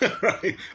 right